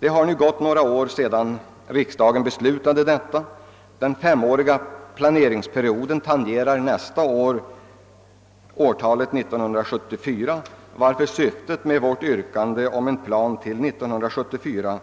Det har nu gått några år sedan riksdagen fattade detta beslut, och den femåriga planeringsperiod som föreslås i reservation nr 5 tangerar nästa år årtalet 1974, varför vårt yrkande om en plan fram till 1974